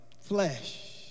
flesh